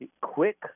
quick